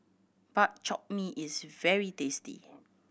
Bak Chor Mee is very tasty